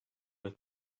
with